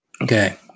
Okay